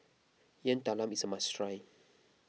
Yam Talam is a must try